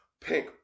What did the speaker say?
Pink